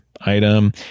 item